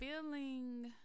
feeling